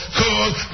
cause